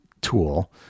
tool